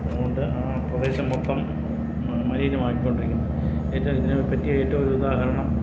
ഉണ്ട് ആ പ്രദേശം മൊത്തം മലിനമാക്കിക്കൊണ്ടിരിക്കുന്നു ഏറ്റവും ഇതിനു പറ്റിയ ഏറ്റവും ഒരുദാഹരണം